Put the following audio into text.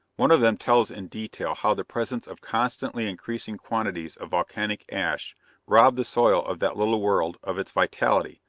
one of them tells in detail how the presence of constantly increasing quantities of volcanic ash robbed the soil of that little world of its vitality,